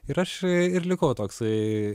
ir aš ir likau toksai